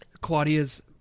Claudia's